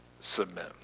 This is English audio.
submit